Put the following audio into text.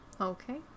okay